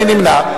מי נמנע?